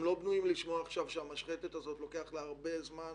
הם לא בנויים לשמוע עכשיו שהמשחתת הזאת לוקח לה הרבה זמן